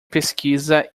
pesquisa